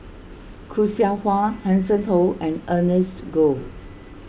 Khoo Seow Hwa Hanson Ho and Ernest Goh